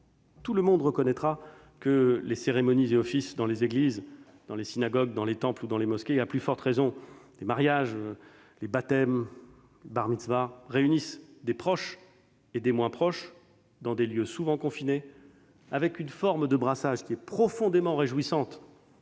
Tout le monde reconnaîtra que les cérémonies et offices dans les églises, dans les synagogues, dans les temples ou dans les mosquées, et à plus forte raison les mariages, les baptêmes, les bar-mitsva, réunissent des proches et des moins proches, dans des lieux souvent confinés, avec une forme de brassage qui est profondément réjouissante